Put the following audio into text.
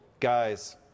guys